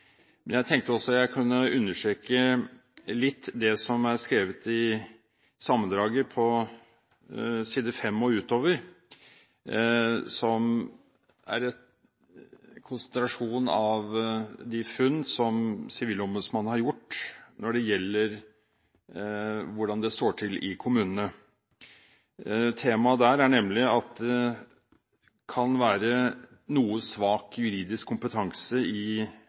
men jeg tenkte jeg kunne understreke litt det som er skrevet i sammendraget på side 5 og utover, som er en konsentrasjon av de funn som Sivilombudsmannen har gjort når det gjelder hvordan det står til i kommunene. Temaet der er nemlig at det kan være noe svak juridisk kompetanse i